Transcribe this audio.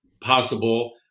possible